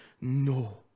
No